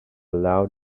loud